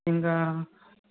ఇంకా